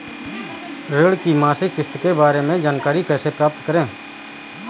ऋण की मासिक किस्त के बारे में जानकारी कैसे प्राप्त करें?